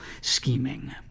scheming